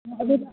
ꯑꯗꯨꯗ